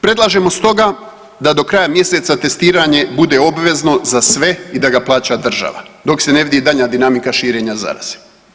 Predlažemo stoga da do kraja mjeseca testiranje bude obvezno za sve i da ga plaća država dok se ne vidi daljnja dinamika širenja zaraze.